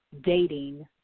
Dating